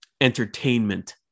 entertainment